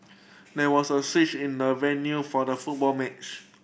there was a switch in the venue for the football match